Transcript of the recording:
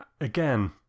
again